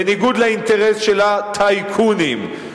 בניגוד לאינטרס של הטייקונים,